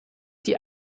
die